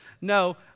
No